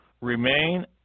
Remain